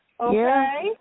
Okay